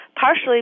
partially